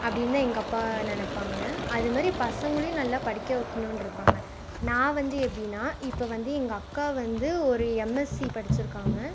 அப்படின்னுதான் எங்கள் அப்பா நினைப்பாங்க அதுமாதிரி பசங்களையும் நல்லா படிக்க வைக்கணும்னுருப்பாங்க நான் வந்து எப்படின்னா இப்போ வந்து எங்கள் அக்கா வந்து ஒரு எம்எஸ்சி படிச்சுருக்காங்க